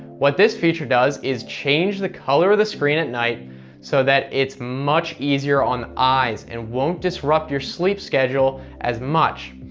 what this feature does is change the color of the screen at night so that it's much easier on the eyes, and won't disrupt your sleep schedule as much.